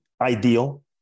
ideal